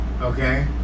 okay